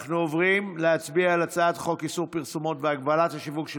אנחנו עוברים להצביע על הצעת חוק איסור פרסומות והגבלת השיווק של